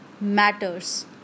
matters